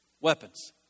Weapons